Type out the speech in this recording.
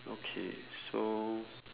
okay so